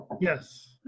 Yes